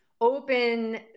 open